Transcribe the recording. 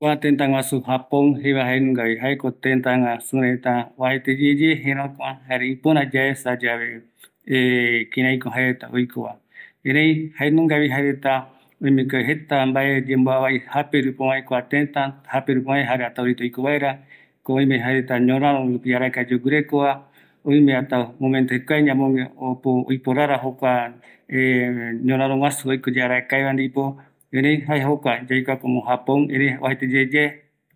Kua tëtä jaeviko tuisague, imbaepuere, jare oikokatugue, kuareta oikovi arakaeyave temboavai tusaguerupi, ñoraro pe ïru tetaguasu reta ndive, kua oiko rarakae yave jaeretandive, jaeramo oikuakatu rupi oyembotuisa, imbaepuere